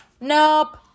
Nope